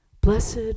Blessed